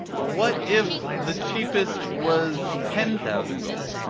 what if the cheapest was ten thousand gold? and